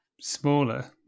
smaller